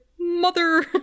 mother